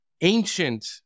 ancient